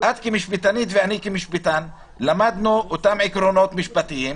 את כמשפטנית ואני כמשפטן למדנו את אותם עקרונות משפטיים.